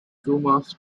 chumash